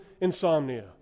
insomnia